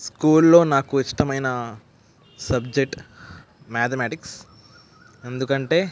స్కూల్లో నాకు ఇష్టమైన సబ్జెక్ట్ మ్యాథమెటిక్స్ ఎందుకంటే